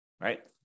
right